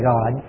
God